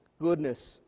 goodness